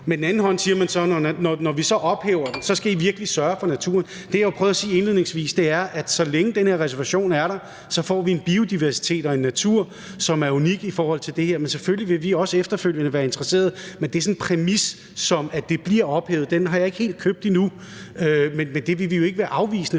på den anden side siger man: Når vi så ophæver det, skal I virkelig sørge for naturen. Det, jeg prøvede at sige indledningsvis, var, at så længe den her reservation er der, får vi en biodiversitet og natur, som er unik. Men selvfølgelig vil vi også efterfølgende være interesseret. Men den der præmis om, at det bliver ophævet, har jeg ikke helt købt endnu. Men det vil vi jo i forhold til det